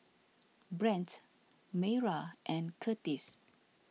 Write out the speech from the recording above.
Brent Mayra and Curtiss